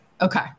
Okay